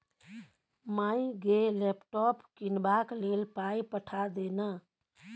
माय गे लैपटॉप कीनबाक लेल पाय पठा दे न